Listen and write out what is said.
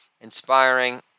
inspiring